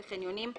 וחניונים,